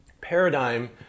paradigm